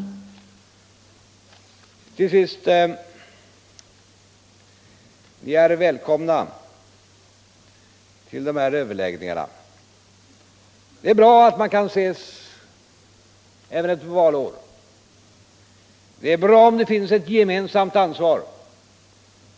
Slutligen vill jag säga att ni är välkomna till dessa överläggningar. Det är bra att man kan ses även ett valår. Det är bra om det finns ett gemensamt ansvar